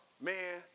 man